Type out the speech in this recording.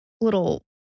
little